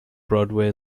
broadway